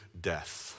death